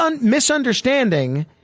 misunderstanding